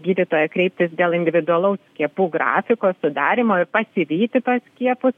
gydytoją kreiptis dėl individualaus skiepų grafiko sudarymoir pasivyti tuos skiepus